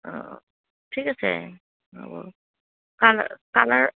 অঁ ঠিক আছে হ'ব কালাৰ কালাৰ